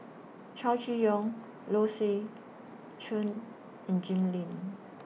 Chow Chee Yong Low Swee Chen and Jim Lim